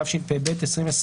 התשפ"ב-2021.